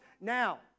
now